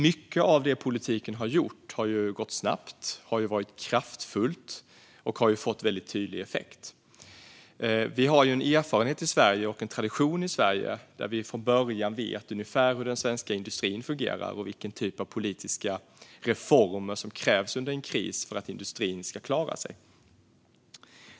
Mycket av det politiken har gjort har gått snabbt, varit kraftfullt och fått väldigt tydlig effekt. I Sverige har vi erfarenhet och en tradition av att från början veta ungefär hur den svenska industrin fungerar och vilken typ av politiska reformer som krävs under en kris för att industrin ska klara sig.